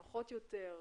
נוחות יותר,